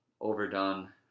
overdone